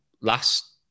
last